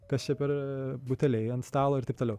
kas čia per buteliai ant stalo ir taip toliau